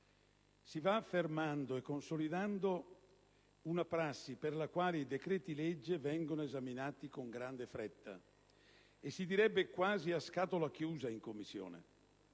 si va affermando e consolidando una prassi per la quale i decreti-legge vengono esaminati con grande fretta e, si direbbe, quasi a scatola chiusa in Commissione.